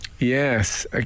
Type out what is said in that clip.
Yes